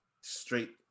straight